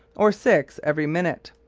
or six every minute.